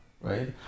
right